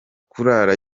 kurara